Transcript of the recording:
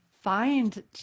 find